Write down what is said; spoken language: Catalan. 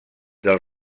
del